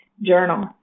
journal